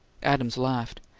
adams laughed.